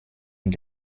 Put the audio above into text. mit